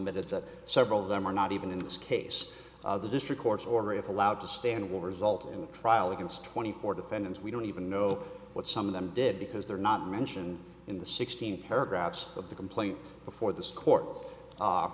that several of them are not even in this case the district court's order if allowed to stand will result in a trial against twenty four defendants we don't even know what some of them did because they're not mentioned in the sixteen paragraphs of the complaint before this court